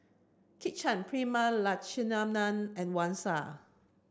Kit Chan Prema Letchumanan and Wang Sha